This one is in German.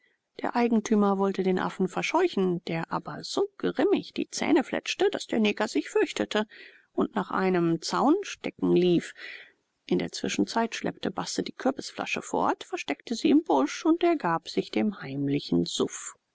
der eigentümer wollte den affen verscheuchen der aber so grimmig die zähne fletschte daß der neger sich fürchtete und nach einem zaunstecken lief in der zwischenzeit schleppte basse die kürbisflasche fort versteckte sie im busch und ergab sich dem heimlichen suff